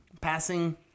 passing